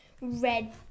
red